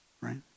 right